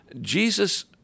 Jesus